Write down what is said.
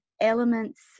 elements